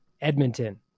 Edmonton